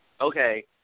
okay